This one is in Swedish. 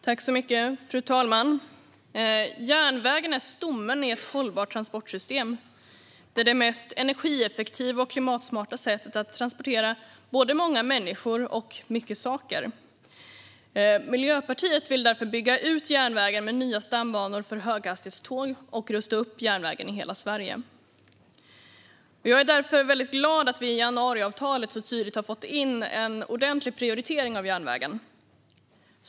Fru talman! Järnvägen är stommen i ett hållbart transportsystem. Det är det mest energieffektiva och klimatsmarta sättet att transportera både många människor och mycket saker. Miljöpartiet vill därför bygga ut järnvägen med nya stambanor för höghastighetståg och rusta upp järnvägen i hela Sverige. Jag är därför väldigt glad över att vi i januariavtalet så tydligt har fått in en ordentlig prioritering av järnvägen.